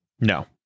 No